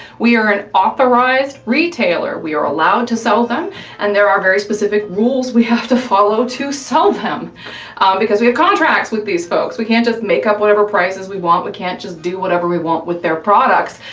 we are an authorized retailer. we are allowed to sell them and there are very specific rules we have to follow to sell them because we have contracts with these folks, we can't just make up whatever prices we want, we can't just do whatever we want with their products.